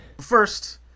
First